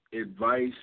advice